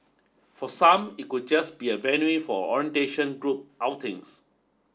for some it could just be a venue for orientation group outings